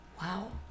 Wow